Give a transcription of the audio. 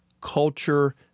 Culture